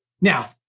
Now